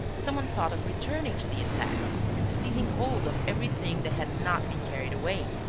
some one thought of returning to the attack and seizing hold of everything that had not been carried away.